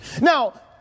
Now